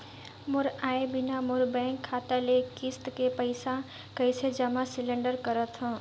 मोर आय बिना मोर बैंक खाता ले किस्त के पईसा कइसे जमा सिलेंडर सकथव?